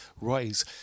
Rise